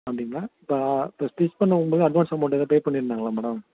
அப்படிங்களா இப்போ ஸ்டிச் பண்ணும்போது அட்வான்ஸ் அமெளண்ட் ஏதாவது பே பண்ணிருந்தாங்களா மேடம்